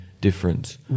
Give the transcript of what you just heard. difference